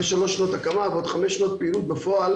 אחרי שלוש שנות הקמה ועוד חמש שנות פעילות בפועל,